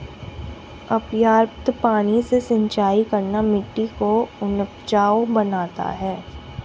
अपर्याप्त पानी से सिंचाई करना मिट्टी को अनउपजाऊ बनाता है